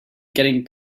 getting